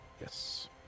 Yes